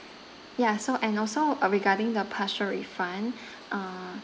ya so and also uh regarding the partial refund uh